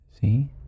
See